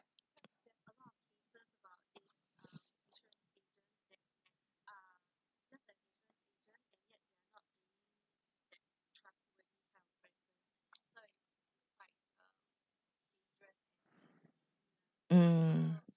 mm